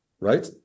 right